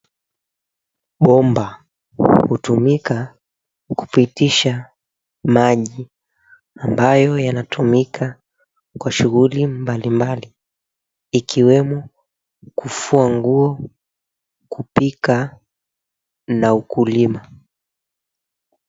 Bomba hutumika kupitisha maji ambayo yanatumika kwa shughuli mbalimbali ikiwemo kufua nguo, kupika na ukulima.